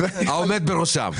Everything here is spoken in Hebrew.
ההטבה.